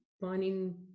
finding